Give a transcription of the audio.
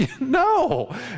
No